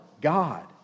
God